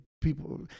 People